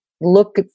look